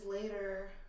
later